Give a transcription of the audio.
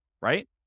right